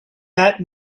that